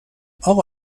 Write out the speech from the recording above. اقا